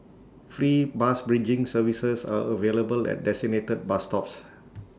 free bus bridging services are available at designated bus stops